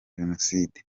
jenoside